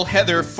Heather